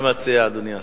מה מציע אדוני השר?